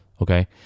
okay